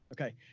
okay